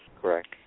Correct